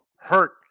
Hurt